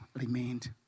remained